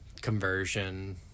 conversion